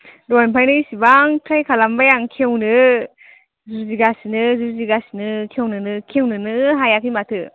दहायनिफ्रायनो एसिबां ट्राइ खालामबाय आं खेवनो जुजिगासिनो जुजिगासिनो खेवनोनो खेवनोनो हायाखै माथो